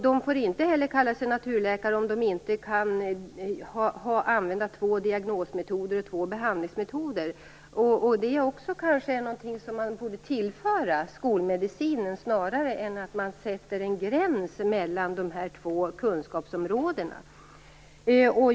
De får inte heller kalla sig naturläkare om de inte kan använda två diagnosmetoder och två behandlingsmetoder. Detta är kanske något man borde tillföra skolmedicinen i stället för att sätta en gräns mellan de här två kunskapsområdena.